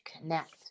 connect